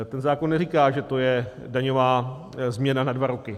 Ten zákon neříká, že to je daňová změna na dva roky.